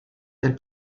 del